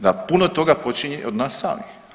Da puno toga počinje od nas samih.